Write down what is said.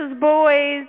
boys